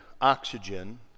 oxygen